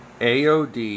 AOD